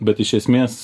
bet iš esmės